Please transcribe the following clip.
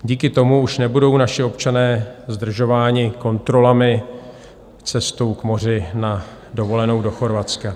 Díky tomu už nebudou naši občané zdržováni kontrolami cestou k moři na dovolenou do Chorvatska.